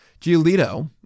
Giolito